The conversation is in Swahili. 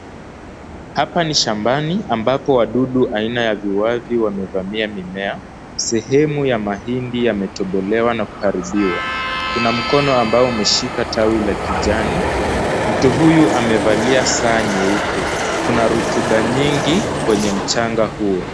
Hapa ni shambani ambapo wadudu aina ya viwavu wamevamia mimea. Sehemu ya mahindi yametobolewa na kuharibiwa. Kuna mkono ambao umeshika tawi la kijani. Mtu huyu amevalia saa nyeupe. Kuna rutuba nyingi kwenye mchanga huo.